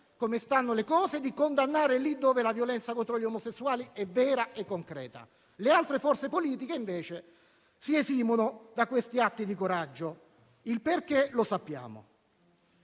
come stanno le cose e di condannare là dove la violenza contro gli omosessuali è vera e concreta. Le altre forze politiche invece si esimono da questi atti di coraggio. Il perché lo sappiamo.